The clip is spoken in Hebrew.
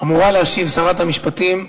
אמורה להשיב שרת המשפטים,